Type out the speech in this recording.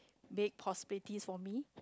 that possibilities for me